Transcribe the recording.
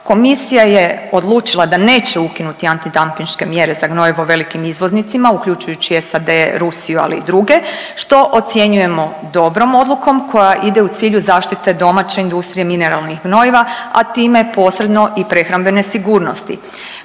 Komisija je odlučila da neće ukinuti antidampinške mjere za gnojivo velikim izvoznicima uključujući SAD, Rusiju ali i druge, što ocjenjujemo dobrom odlukom koja ide u cilju zaštite domaće industrije mineralnih gnojiva, a time posredno i prehrambene sigurnosti.